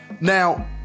Now